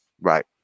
Right